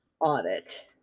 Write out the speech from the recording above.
audit